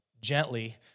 gently